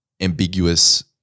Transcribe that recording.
ambiguous